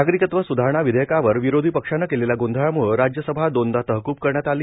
नागरिकत्व सुधारणा विधेयकांवर विरोधी पक्षानं केलेल्या गोंधळमुळं राज्यसभा दोनदा तहकूब करण्यात आलं